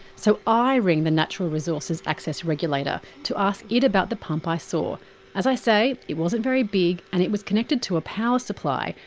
so i ring the natural resources access regulator to ask it about the pump i saw as i say, it wasn't very big and it was connected to a power supply.